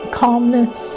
calmness